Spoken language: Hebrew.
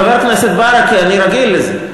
מחבר הכנסת ברכה אני רגיל לזה.